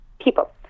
people